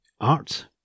Art